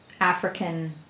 African